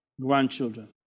grandchildren